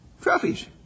trophies